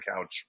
couch